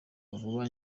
vuba